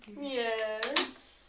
Yes